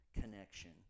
connection